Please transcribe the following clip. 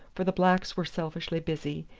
for the blacks were selfishly busy,